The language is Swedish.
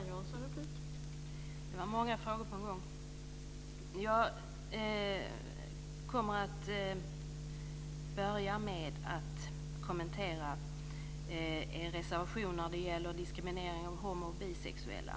Fru talman! Det var många frågor på en gång. Jag börjar med att kommentera er reservation när det gäller diskriminering av homo och bisexuella.